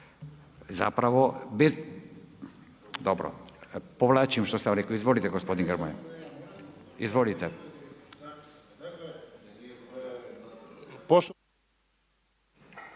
Zapravo, dobro, povlačim što sam rekao. Izvolite gospodine Grmoja, izvolite. **Šuker,